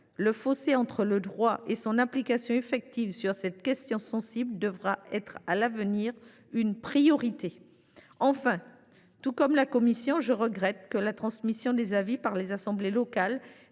Le fossé entre le droit et son application effective sur cette question sensible doit être une priorité. Enfin, tout comme la commission, je regrette que la transmission des avis par les assemblées locales